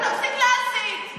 תפסיק להסית.